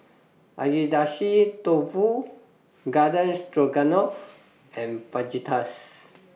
Agedashi Dofu Garden Stroganoff and Fajitas